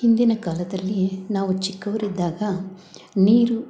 ಹಿಂದಿನ ಕಾಲದಲ್ಲಿ ನಾವು ಚಿಕ್ಕವರಿದ್ದಾಗ ನೀರು